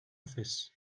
office